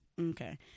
okay